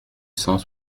cent